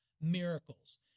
miracles